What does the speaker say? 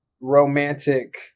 romantic